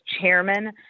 chairman